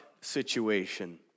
situation